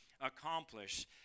accomplish